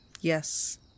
Yes